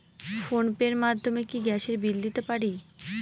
Phone pay র মাধ্যমে কি গ্যাসের বিল দিতে পারি?